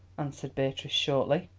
answered beatrice shortly.